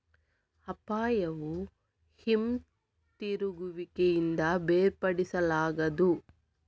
ಅಪಾಯವು ಹಿಂತಿರುಗುವಿಕೆಯಿಂದ ಬೇರ್ಪಡಿಸಲಾಗದು